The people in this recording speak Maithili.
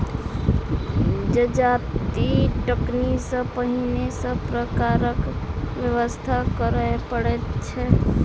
जजाति कटनी सॅ पहिने सभ प्रकारक व्यवस्था करय पड़ैत छै